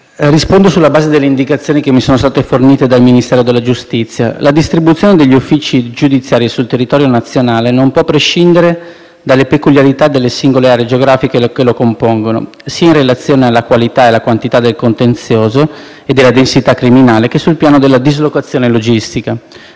rispondo sulla base delle indicazioni che mi sono state fornite dal Ministero della giustizia. La distribuzione degli uffici giudiziari sul territorio nazionale non può prescindere dalle peculiarità delle singole aree geografiche che lo compongono sia in relazione alla qualità e alla quantità del contenzioso e della densità criminale che sul piano della dislocazione logistica,